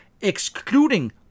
excluding